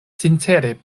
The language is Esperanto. sincere